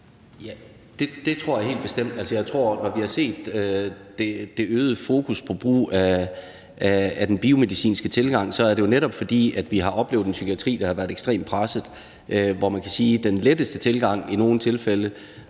Ja, det tror jeg helt bestemt. Altså, jeg tror, at når vi har set det øgede fokus på brug af den biomedicinske tilgang, er det jo netop, fordi vi har oplevet en psykiatri, der har været ekstremt presset, hvor man kan sige, at den letteste tilgang i nogle tilfælde